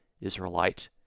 Israelite